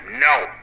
no